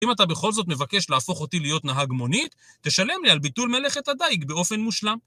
אם אתה בכל זאת מבקש להפוך אותי להיות נהג מונית, תשלם לי על ביטול מלאכת הדייג באופן מושלם.